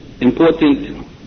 important